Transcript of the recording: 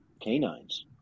canines